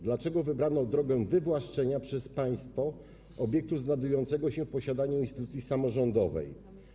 Dlaczego wybrano drogę wywłaszczenia przez państwo obiektu znajdującego się w posiadaniu instytucji samorządowej?